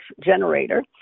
generator